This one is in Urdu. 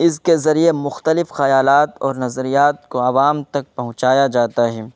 اس کے ذریعے مختلف خیالات اور نظریات کو عوام تک پہنچایا جاتا ہے